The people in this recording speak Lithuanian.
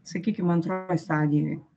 sakykim antroj stadijoj